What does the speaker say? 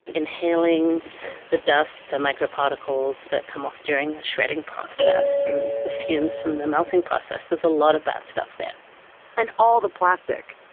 inhaling the dust, the microparticles that come off during the shredding process and the fumes from the melting process. there's a lot of bad stuff there and all the plastic,